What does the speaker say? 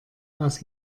aus